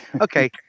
Okay